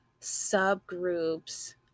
subgroups